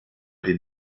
den